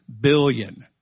billion